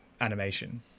animation